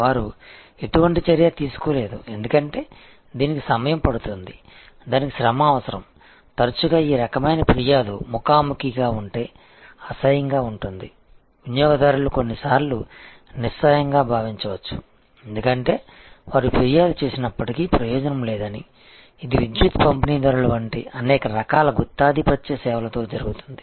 వారు ఎటువంటి చర్య తీసుకోలేదు ఎందుకంటే దీనికి సమయం పడుతుంది దానికి శ్రమ అవసరం తరచుగా ఈ రకమైన ఫిర్యాదు ముఖాముఖిగా ఉంటే అసహ్యంగా ఉంటుంది వినియోగదారులు కొన్నిసార్లు నిస్సహాయంగా భావించవచ్చు ఎందుకంటే వారు ఫిర్యాదు చేసినప్పటికీ ప్రయోజనం లేదని ఇది విద్యుత్ పంపిణీదారుల వంటి అనేక రకాల గుత్తాధిపత్య సేవలతో జరుగుతుంది